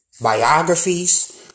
biographies